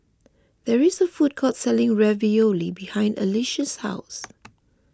there is a food court selling Ravioli behind Alysha's house